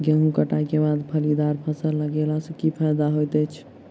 गेंहूँ कटाई केँ बाद फलीदार फसल लगेला सँ की फायदा हएत अछि?